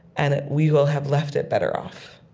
and that we will have left it better off